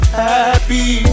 happy